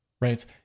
right